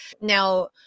now